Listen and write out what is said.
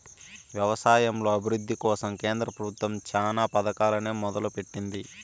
వ్యవసాయంలో అభివృద్ది కోసం కేంద్ర ప్రభుత్వం చానా పథకాలనే మొదలు పెట్టింది